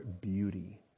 beauty